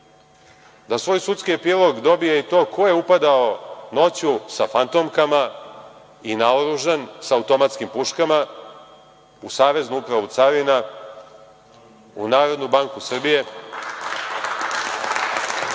da svoj sudski epilog dobije i to ko je upadao noću sa fantomkama i naoružan sa automatskim puškama u Saveznu upravu carina, u NBS, da svoj